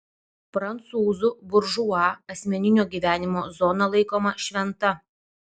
prancūzų buržua asmeninio gyvenimo zona laikoma šventa